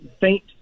faint